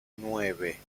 nueve